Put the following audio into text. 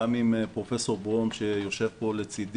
גם עם פרופ' ברום שיושב פה לצדי,